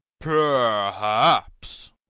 Perhaps